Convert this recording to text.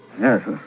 yes